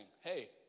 Hey